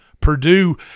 Purdue